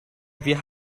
wir